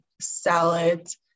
salads